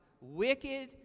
wicked